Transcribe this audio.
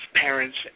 parents